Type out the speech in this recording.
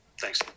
Thanks